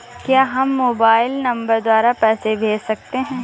क्या हम mobile number द्वारा पैसे भेज सकते हैं?